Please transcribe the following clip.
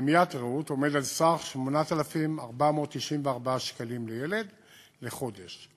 עומד על סך 8,494 לילד חודש.